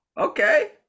Okay